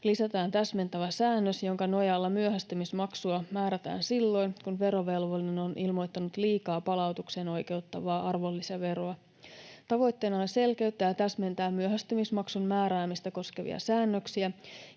lisätään täsmentävä säännös, jonka nojalla myöhästymismaksua määrätään silloin, kun verovelvollinen on ilmoittanut liikaa palautukseen oikeuttavaa arvonlisäveroa. Tavoitteena on selkeyttää ja täsmentää myöhästymismaksun määräämistä koskevia säännöksiä